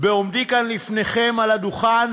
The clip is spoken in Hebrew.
בעומדי כאן לפניכם על הדוכן,